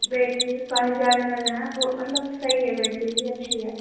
battery ساڑھے چار M L ہیں مطلب صحیح ہے بیٹری بھی اچھی ہے